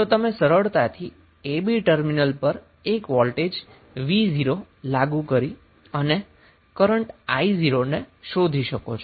તો તમે સરળતાથી a b ટર્મિનલ પર એક વોલ્ટજ v0 લાગુ કરી અને કરન્ટ i0 શોધી શકો છો